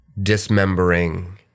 dismembering